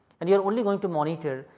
and you are only going to monitor,